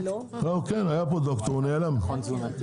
היה פה דוקטור והוא נעלם.